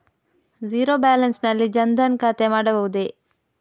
Zero balance ನಲ್ಲಿ ಜನ್ ಧನ್ ಖಾತೆ ಮಾಡಬಹುದೇ?